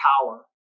power